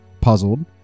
puzzled